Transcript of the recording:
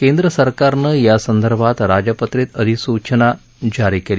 केंद्रसरकारनं यासंदर्भात राजपत्रीत अधिसूचना जारी केली